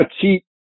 cheap